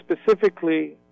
specifically